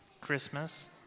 Christmas